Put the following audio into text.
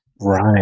Right